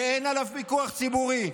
שאין עליו פיקוח ציבורי,